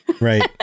Right